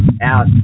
out